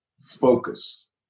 focus